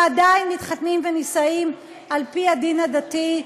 ועדיין מתחתנים ונישאים על פי הדין הדתי,